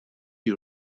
you